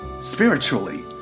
spiritually